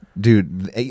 Dude